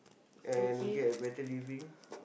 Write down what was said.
and get a better living